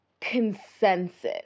consensus